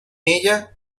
ella